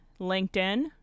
LinkedIn